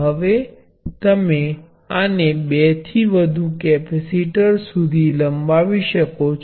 હવે અમે સમાંતર કેપેસિટરને ધ્યાનમાં લઈએ છીએ